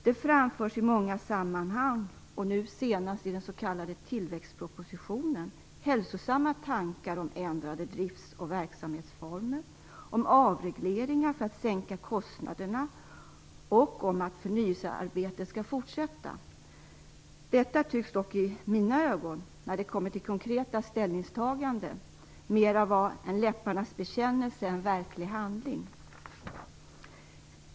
Det framförs i många sammanhang och nu senast i den s.k. tillväxtpropositionen hälsosamma tankar om ändrade drifts och verksamhetsformer, om avregleringar för att sänka kostnaderna och om att förnyelsearbetet skall fortsätta. Detta tycks dock i mina ögon - när det kommer till konkreta ställningstaganden - mera vara en läpparnas bekännelse än verklig handling.